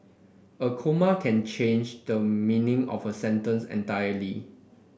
a comma can change the meaning of a sentence entirely